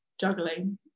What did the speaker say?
juggling